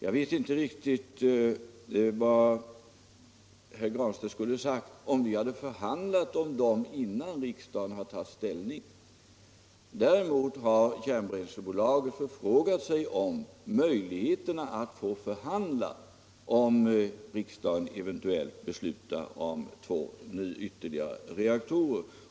Jag vet inte riktigt vad herr Granstedt skulle ha sagt om vi hade förhandlat om dem innan riksdagen tagit ställning. Däremot har Kärnbränslebolaget förfrågat sig om möjligheterna att få förhandla, om riksdagen eventuellt beslutar om två ytterligare reaktorer.